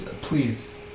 please